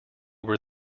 were